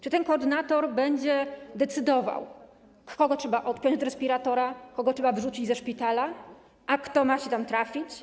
Czy ten koordynator będzie decydował, kogo trzeba odpiąć od respiratora, kogo trzeba wyrzucić ze szpitala, a kto ma tam trafić?